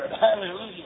Hallelujah